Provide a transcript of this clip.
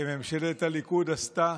שממשלת הליכוד עשתה.